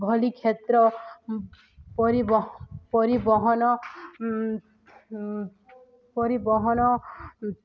ଭଳି କ୍ଷେତ୍ର ପରିବହନ ପରିବହନ